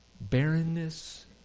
Barrenness